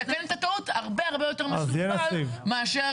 לתקן את הטעות הרבה יותר מסורבל מאשר